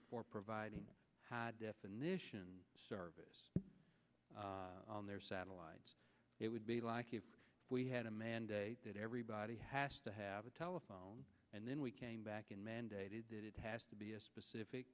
for providing had definition service on their satellites it would be like if we had a mandate that everybody has to have a telephone and then we came back and mandated that it has to be a